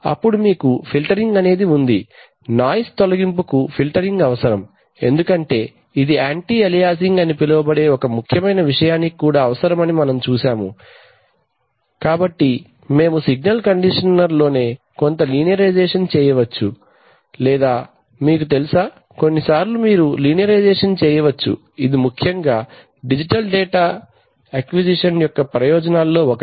అప్పుడు మీకు ఫిల్టరింగ్ అనేది ఉంది నాయిస్ తొలగింపుకు ఫిల్టరింగ్ అవసరం ఎందుకంటే ఇది యాంటీ అలియాసింగ్ అని పిలువబడే ఒక ముఖ్యమైన విషయానికి కూడా అవసరమని మనము చూస్తాము కాబట్టి మేము సిగ్నల్ కండీషనర్లోనే కొంత లీనియరైజేషన్ చేయవచ్చు లేదా మీకు తెలుసా కొన్నిసార్లు మీరు లీనియరైజేషన్ చేయవచ్చు ఇది ముఖ్యంగా డిజిటల్ డేటా సముపార్జన అక్విసిషన్ యొక్క ప్రయోజనాల్లో ఒకటి